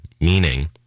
meaning